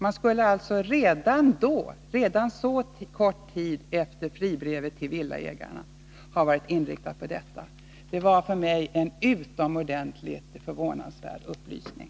Man skulle alltså så kort tid efter utfärdandet av fribrevet till villaägarna ha varit inriktad på detta. Det var för mig en utomordentligt förvånande